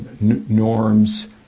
norms